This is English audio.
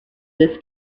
this